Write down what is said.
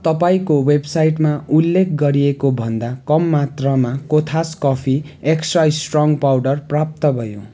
तपाईँको वेबसाइटमा उल्लेख गरिएकोभन्दा कम मात्रामा Kothas coffee extra strong powder प्राप्त भयो